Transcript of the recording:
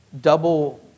double